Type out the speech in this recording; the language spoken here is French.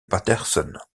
patterson